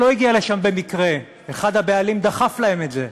שלא הגיע לשם במקרה, אחד הבעלים דחף להם את זה,